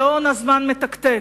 שעון הזמן מתקתק.